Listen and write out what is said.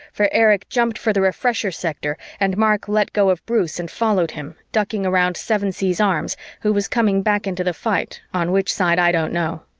for erich jumped for the refresher sector and mark let go of bruce and followed him, ducking around sevensee's arms, who was coming back into the fight on which side i don't know.